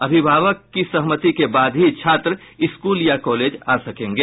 अभिभावक की सहमति के बाद ही छात्र स्कूल या कॉलेज आ सकेंगे